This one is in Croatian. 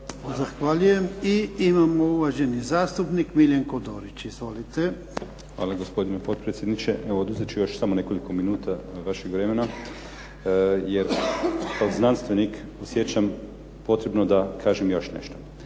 Zahvaljuje. I imamo uvaženi zastupnik Miljenko Dorić. Izvolite. **Dorić, Miljenko (HNS)** Hvala gospodine potpredsjedniče. Evo, oduzet ću samo još nekoliko minuta vašeg vremena, jer kao znanstvenik osjećam potrebno da kažem još nešto.